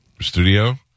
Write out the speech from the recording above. studio